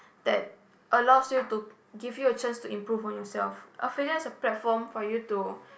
that allows you to gives you a chance to improve on yourself failure is a platform for you to